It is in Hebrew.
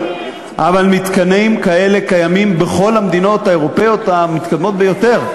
אבל מתקנים כאלה קיימים בכל המדינות האירופיות המתקדמות ביותר.